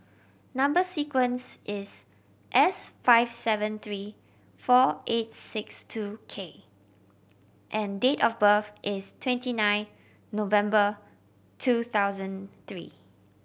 number sequence is S five seven three four eight six two K and date of birth is twenty nine November two thousand three